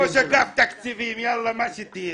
ראש אגף תקציבים, יאללה, מה שתהיה.